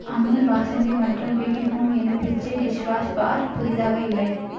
அமுல் பாசந்தி மற்றும் பிபி ஹோம் எலுமிச்சை டிஷ்வாஷ் பார் புதிதாக இல்லை